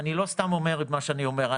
אני לא סתם אומר את מה שאני אומר,